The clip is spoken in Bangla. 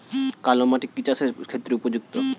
কালো মাটি কি চাষের ক্ষেত্রে উপযুক্ত?